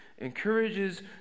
encourages